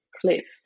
cliff